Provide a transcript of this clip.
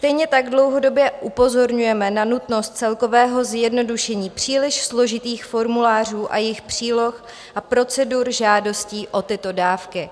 Stejně tak dlouhodobě upozorňujeme na nutnost celkového zjednodušení příliš složitých formulářů a jejich příloh a procedur žádostí o tyto dávky.